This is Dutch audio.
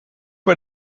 bij